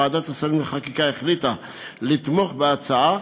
ועדת השרים לחקיקה החליטה לתמוך בהצעה,